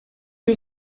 you